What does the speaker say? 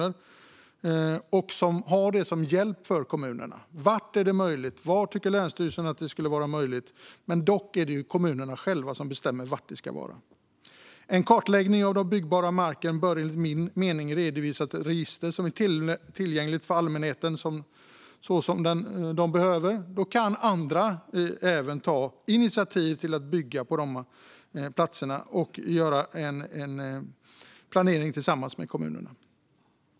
Det skulle kunna vara till hjälp för kommunerna. Var är det möjligt? Var tycker länsstyrelserna att det är möjligt? Det är dock kommunerna själva som bestämmer var det ska vara. En kartläggning av den byggbara marken bör enligt min mening redovisas i ett register som är tillgängligt för allmänheten. Då kan även andra ta initiativ till att bygga på de platserna och göra en planering tillsammans med kommunerna.